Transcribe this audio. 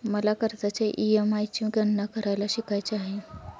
मला कर्जाच्या ई.एम.आय ची गणना करायला शिकायचे आहे